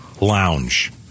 lounge